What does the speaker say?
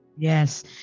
Yes